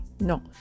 Non